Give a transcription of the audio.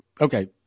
Okay